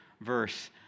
verse